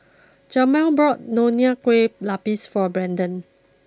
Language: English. Jamir bought Nonya Kueh Lapis for Braedon